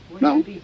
No